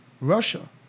Russia